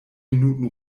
minuten